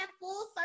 full